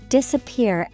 Disappear